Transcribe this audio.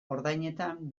ordainetan